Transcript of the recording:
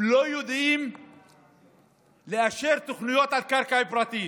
הם לא יודעים לאשר תוכניות על קרקע פרטית,